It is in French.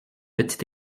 petit